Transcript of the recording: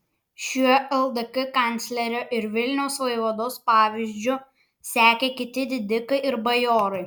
šiuo ldk kanclerio ir vilniaus vaivados pavyzdžiu sekė kiti didikai ir bajorai